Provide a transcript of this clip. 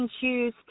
choose